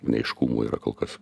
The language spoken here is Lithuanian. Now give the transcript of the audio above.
neaiškumų yra kol kas